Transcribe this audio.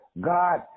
God